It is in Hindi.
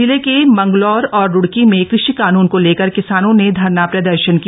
जिले के मंगलौर और रुइकी में कृषि कानून को लेकर किसानों ने धरना प्रदर्शन किया